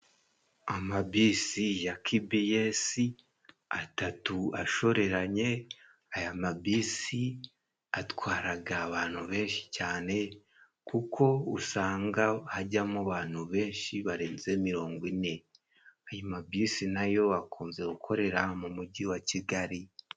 Amabisi ya kibiyesi atatu，ashoreranye， aya mabisi atwaraga abantu benshi cane， kuko usanga hajyamo abantu benshi barenze mirongo ine， ayo mabisi nayo gakunze gukorera mu mujyi wa Kigali.